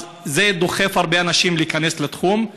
זה דוחף הרבה אנשים להיכנס לתחום,